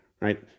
right